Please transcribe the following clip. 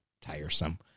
tiresome